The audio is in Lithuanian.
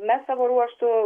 mes savo ruožtu